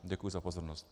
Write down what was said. Děkuji za pozornost.